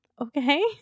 Okay